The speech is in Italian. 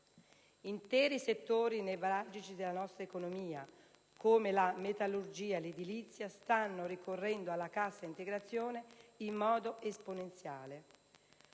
Interi settori nevralgici della nostra economia, come la metallurgia e l'edilizia, stanno ricorrendo alla cassa integrazione in modo esponenziale.